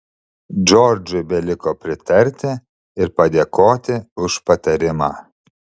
džordžui beliko pritarti ir padėkoti už patarimą